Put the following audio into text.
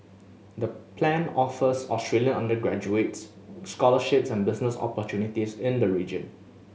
the plan offers Australian undergraduates scholarships and business opportunities in the region